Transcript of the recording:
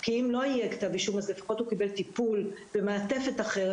כי אם לא יהיה כתב אישום אז לפחות הוא קיבל טיפול ומעטפת אחרת,